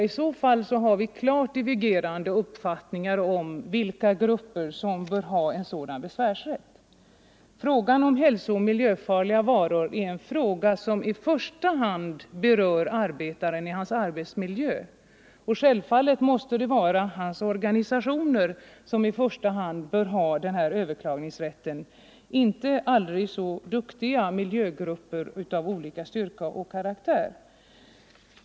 I så fall har vi klart divergerande uppfattningar om vilka grupper som bör ha en sådan besvärsrätt. Frågan om hälsooch miljöfarliga varor berör i första hand arbetaren i hans arbetsmiljö, och självfallet måste det vara hans organisation som först och främst bör ha besvärsrätten, inte aldrig så duktiga miljögrupper av olika styrka och karaktär.